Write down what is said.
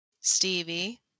Stevie